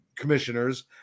commissioners